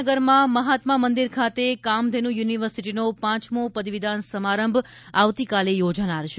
ગાંધીનગરમાં મહાત્મા મંદિર ખાતે કામધેનુ યુનિવર્સિટીનો પાંચમો પદવીદાન સમારંભ આવતીકાલે યોજાનાર છે